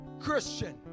christian